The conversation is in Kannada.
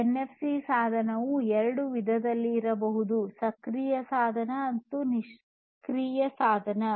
ಎನ್ಎಫ್ಸಿ ಸಾಧನವು ಎರಡು ವಿಧದಲ್ಲಿ ಇರಬಹುದು ಸಕ್ರಿಯ ಸಾಧನ ಅಥವಾ ನಿಷ್ಕ್ರಿಯ ಸಾಧನ